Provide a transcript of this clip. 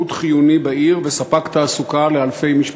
שירות חיוני בעיר וספק תעסוקה לאלפי משפחות.